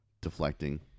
deflecting